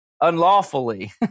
unlawfully